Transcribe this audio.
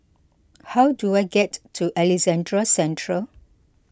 how do I get to Alexandra Central